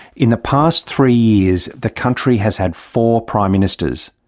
in the past three years the country has had four prime ministers.